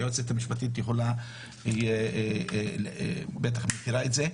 היועצת המשפטית בוודאי מכירה את זה.